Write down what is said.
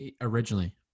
originally